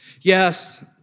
Yes